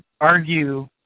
argue